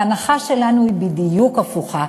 וההנחה שלנו היא בדיוק הפוכה: